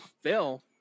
Phil